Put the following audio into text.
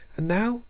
and now,